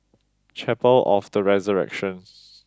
Chapel of the Resurrection